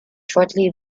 shortly